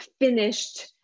finished